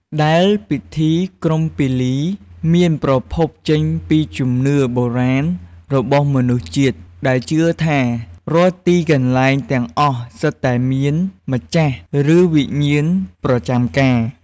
ដែលពិធីក្រុងពាលីមានប្រភពចេញពីជំនឿបុរាណរបស់មនុស្សជាតិ ដែលជឿថា រាល់ទីកន្លែងទាំងអស់សុទ្ធតែមានម្ចាស់ ឬវិញ្ញាណប្រចាំការ។